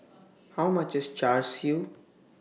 How much IS Char Siu